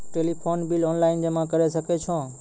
Telephone bill online जमा करै सकै छौ?